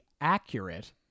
accurate